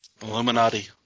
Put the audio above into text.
Illuminati